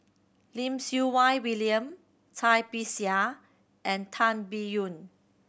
Lim Siew Wai William Cai Bixia and Tan Biyun